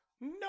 No